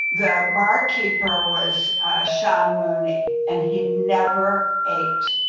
the barkeeper was ah sean mooney and he never ate.